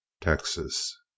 Texas